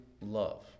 love